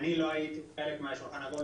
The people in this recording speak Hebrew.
אני לא הייתי חלק מהשולחן העגול,